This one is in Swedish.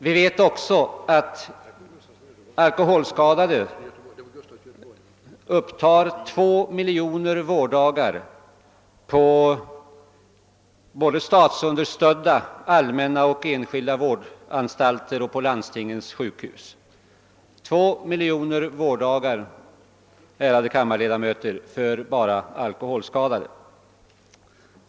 Vi vet också att alkoholskadade upptar 2 miljoner vårddagar på statsunderstödda, allmänna och enskilda vårdanstalter och på landstingens sjukhus. 2 miljoner vårddagar, ärade kammarledamöter, för alkoholskadade!